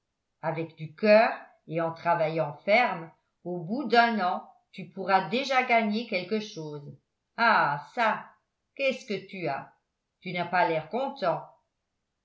avec du coeur et en travaillant ferme au bout d'un an tu pourras déjà gagner quelque chose ah çà qu'est-ce que tu as tu n'as pas l'air content